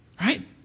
Right